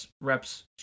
reps